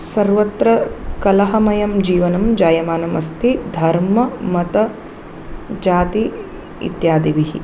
सर्वत्र कलहमयं जीवनं जायमानम् अस्ति धर्ममतजाति इत्यादिभिः